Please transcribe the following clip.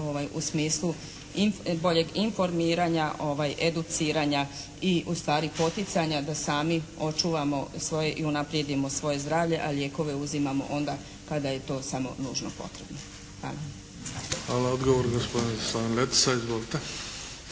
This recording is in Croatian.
u smislu boljeg informiranja, educiranja i ustvari poticanja da sami očuvamo svoje i unaprijedimo svoje zdravlje, a lijekove uzimamo onda kada je to samo nužno potrebno. Hvala. **Bebić, Luka (HDZ)** Hvala. Odgovor gospodin Slaven Letica. Izvolite.